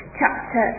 chapter